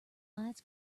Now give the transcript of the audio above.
lights